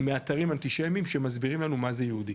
מאתרים אנטישמיים שמסבירים לנו מה זה יהודי